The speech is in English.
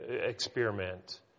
experiment